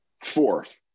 Fourth